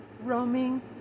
roaming